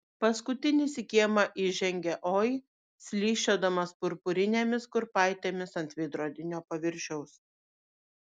paskutinis į kiemą įžengė oi slysčiodamas purpurinėmis kurpaitėmis ant veidrodinio paviršiaus